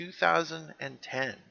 2010